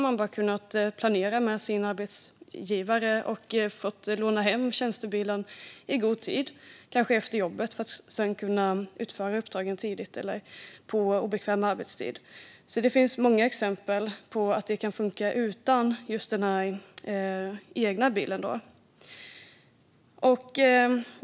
Man kan planera med sin arbetsgivare och låna hem tjänstebilen i god tid, kanske efter jobbet, för att kunna utföra uppdragen tidigt eller på obekväm arbetstid. Det finns många exempel på att det kan fungera utan just den egna bilen.